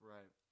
Right